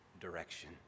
direction